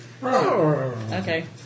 Okay